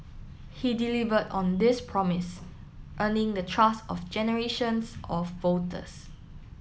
he delivered on this promise earning the trust of generations of voters